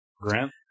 Grant